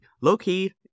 low-key